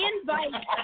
invite